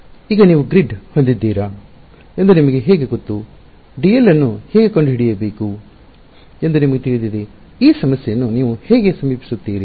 ಈಗ ನೀವು ಗ್ರಿಡ್ ಹೊಂದಿದ್ದೀರಾ ಎಂದು ನಿಮಗೆ ಹೇಗೆ ಗೊತ್ತು ಡಿಎಲ್ ಅನ್ನು ಹೇಗೆ ಕಂಡುಹಿಡಿಯಬೇಕು ಎಂದು ನಿಮಗೆ ತಿಳಿದಿದೆ ಈ ಸಮಸ್ಯೆಯನ್ನು ನೀವು ಹೇಗೆ ಸಮೀಪಿಸುತ್ತೀರಿ